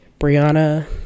Brianna